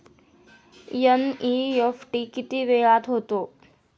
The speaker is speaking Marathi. एन.इ.एफ.टी किती वेळात होते?